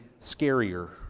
scarier